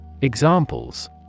Examples